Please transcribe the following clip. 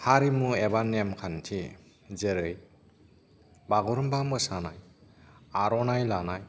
हारिमु एबा नेमखान्थि जेरै बागुरुमबा मोसानाय आर'नाइ लानाय